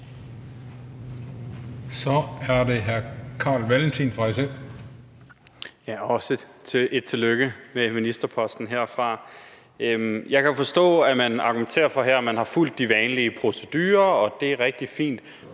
SF. Kl. 21:51 Carl Valentin (SF): Også et tillykke med ministerposten herfra. Jeg kan forstå, at man argumenterer for, at man har fulgt de vanlige procedurer, og at det er rigtig fint,